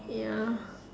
ya